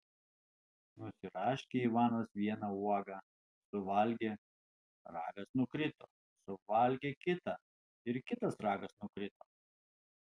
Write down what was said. nusiraškė ivanas vieną uogą suvalgė ragas nukrito suvalgė kitą ir kitas ragas nukrito